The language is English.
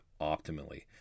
optimally